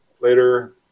later